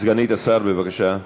סגנית השר, בבקשה,